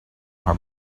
her